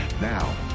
Now